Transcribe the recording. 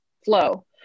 flow